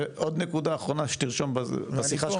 ועוד נקודה אחרונה שתרשום בשיחה שלך